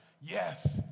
Yes